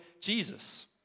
Jesus